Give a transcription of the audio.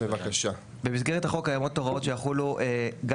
במסגרת החוק קיימות הוראות שיחולו גם